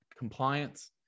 Compliance